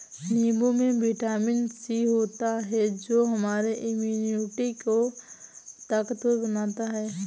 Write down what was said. नींबू में vitamin C होता है जो हमारे इम्यूनिटी को ताकतवर बनाता है